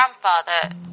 grandfather